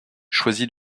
choisit